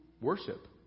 worship